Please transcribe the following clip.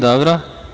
Dobro.